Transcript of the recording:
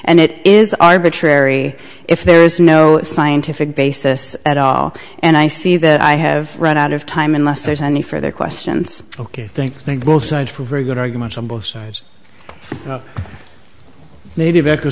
and it is arbitrary if there is no scientific basis at all and i see that i have run out of time unless there's any further questions ok i think think both sides for a good arguments on both sides maybe